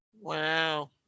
Wow